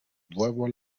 vuelvo